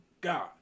God